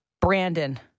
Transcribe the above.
Brandon